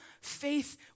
faith